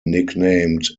nicknamed